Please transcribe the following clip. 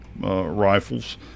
rifles